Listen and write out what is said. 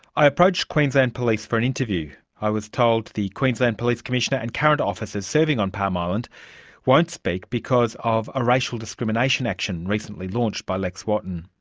i approached queensland police for an interview. i was told the queensland police commissioner and current officers serving on palm island won't speak because of a racial discrimination action recently launched by lex wotton.